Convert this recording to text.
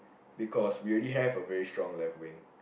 because we already have a very strong left wing